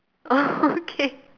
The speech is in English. okay